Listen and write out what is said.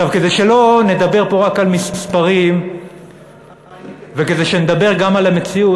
כדי שלא נדבר פה רק על מספרים וכדי שנדבר גם על המציאות,